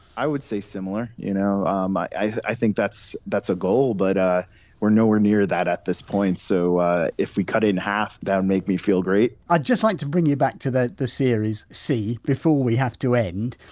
i would say similar. you know um i i think that's that's a goal but we're nowhere near that at this point, so if we cut in half that would make me feel great i'd just like to bring you back to the series see before we have to end.